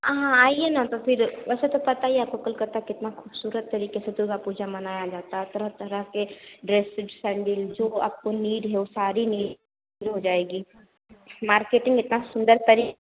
हाँ हाँ आइए ना तो फिर वैसे तो पता ही है आपको कलकात्ता कितने ख़ूबसूरत तरीक़े से दुर्गा पूजा मनाया जाता है तरह तरह के ड्रेसेज सैंडील जो आप को नीड है वह सारी नीड हो जाएगी मार्केटिंग इतनी सुंदर तरी